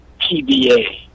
PBA